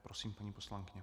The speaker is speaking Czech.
Prosím, paní poslankyně.